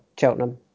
Cheltenham